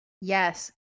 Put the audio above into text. Yes